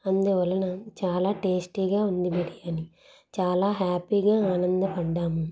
అందువలన చాలా టేస్టీగా ఉంది బిర్యానీ చాలా హ్యాపీగా ఆనందపడ్డాము